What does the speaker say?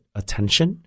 attention